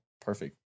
Perfect